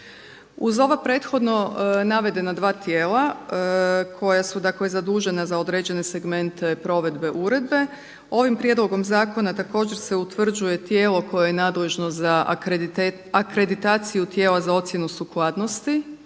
Uz ova prethodno navedena dva tijela koja su dakle zadužena za određene segmente provedbe uredbe ovim prijedlogom zakona također se utvrđuje tijelo koje je nadležno za akreditaciju tijela za ocjenu sukladnosti